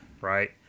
Right